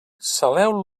saleu